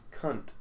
cunt